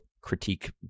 critique